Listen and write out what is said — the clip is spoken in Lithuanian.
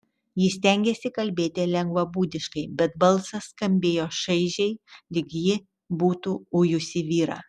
ji stengėsi kalbėti lengvabūdiškai bet balsas skambėjo šaižiai lyg ji būtų ujusi vyrą